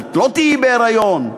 את לא תהיי בהיריון?